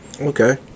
okay